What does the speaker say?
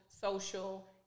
social